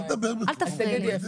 אל תפריעי לי.